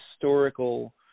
historical